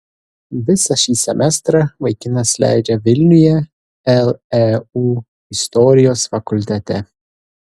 visą šį semestrą vaikinas leidžia vilniuje leu istorijos fakultete